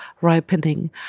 ripening